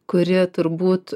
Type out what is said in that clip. kuri turbūt